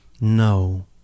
No